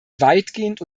weitgehend